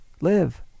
live